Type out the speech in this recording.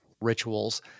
rituals